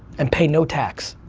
and pay no tax.